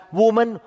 woman